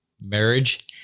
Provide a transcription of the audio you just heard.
marriage